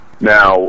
Now